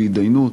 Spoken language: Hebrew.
מגוון,